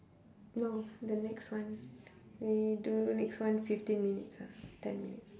no the next one we do next one fifteen minutes ah ten minutes